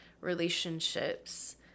relationships